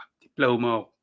diploma